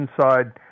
inside